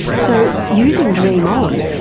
so, using dream on,